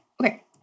Okay